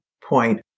point